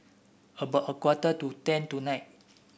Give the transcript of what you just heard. about a quarter to ten tonight